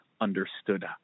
understood